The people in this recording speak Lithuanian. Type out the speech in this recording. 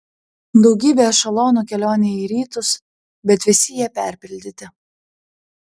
daugybė ešelonų kelionei į rytus bet visi jie perpildyti